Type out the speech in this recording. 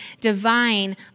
divine